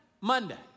Monday